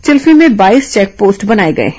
चिल्फी में बाईस check post बनाए गए हैं